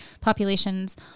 populations